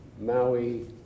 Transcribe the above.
Maui